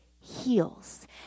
heals